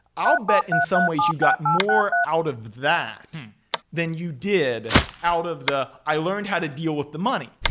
i'll be in some ways you got more out of that than you did out of the, i learned how to deal with the money.